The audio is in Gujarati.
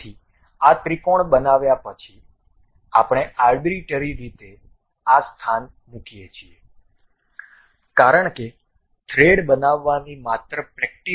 તેથી આ ત્રિકોણ બનાવ્યા પછી આપણે આર્બિટ્રરી રીતે આ સ્થાન મુકીએ છીએ કારણ કે થ્રેડ બનાવવાની માત્ર પ્રેક્ટિસ છે